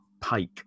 Pike